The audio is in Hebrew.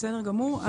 בסדר גמור.